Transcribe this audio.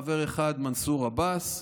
חבר אחד: מנסור עבאס,